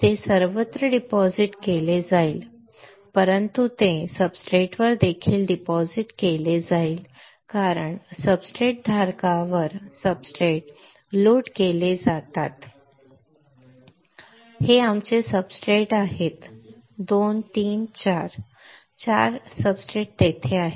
ते सर्वत्र डिपॉझिट केले जाईल परंतु ते सब्सट्रेटवर देखील डिपॉझिट केले जाईल कारण सब्सट्रेट धारकावर सब्सट्रेट लोड केले जातात बरोबर हे आमचे सब्सट्रेट आहेत 2 3 4 4 सब्सट्रेट तेथे आहेत